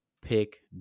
pick